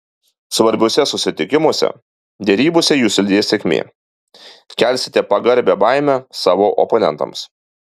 svarbiuose susitikimuose derybose jus lydės sėkmė kelsite pagarbią baimę savo oponentams